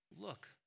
look